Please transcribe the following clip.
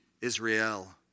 Israel